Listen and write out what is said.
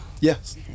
Yes